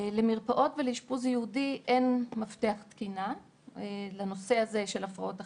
למרפאות ולאשפוז ייעודי אין מפתח תקינה לנושא הזה של הפרעות אכילה.